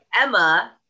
Emma